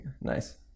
nice